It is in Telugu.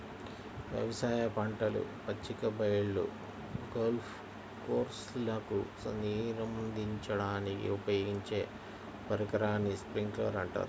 వ్యవసాయ పంటలు, పచ్చిక బయళ్ళు, గోల్ఫ్ కోర్స్లకు నీరందించడానికి ఉపయోగించే పరికరాన్ని స్ప్రింక్లర్ అంటారు